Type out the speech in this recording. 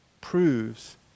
proves